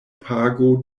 pago